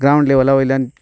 ground लेवला वयल्यान